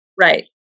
Right